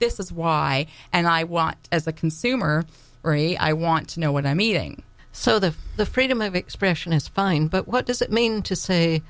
this is why and i want as a consumer early i want to know what i'm eating so the the freedom of expression is fine but what does it mean to say